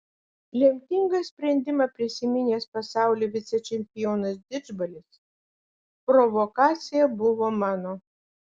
lemtingą sprendimą prisiminęs pasaulio vicečempionas didžbalis provokacija buvo mano